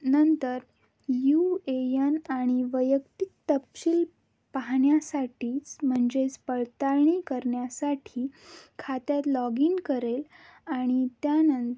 नंतर U A N आणि वैयक्तिक तपशील पाहण्यासाठीच म्हणजेच पडताळणी करण्यासाठी खात्यात लॉग इन करेल आणि त्या